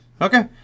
Okay